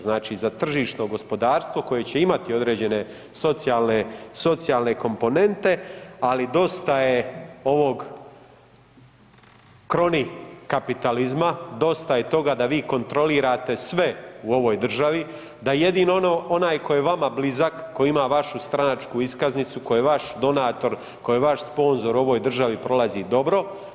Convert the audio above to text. Znači za tržišno gospodarstvo koje će imati određene socijalne komponente, ali dosta je ovog kroni kapitalizma, dostav je toga da vi kontrolirate sve u ovoj državi, da jedino onaj tko je vama blizak, koji ima vašu stranačku iskaznicu, koji je vaš donator, koji je vaš sponzor u ovoj državi prolazi dobro.